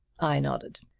i nodded.